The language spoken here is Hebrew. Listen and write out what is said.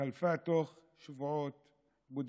חלפה בתוך שבועות בודדים.